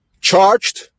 charged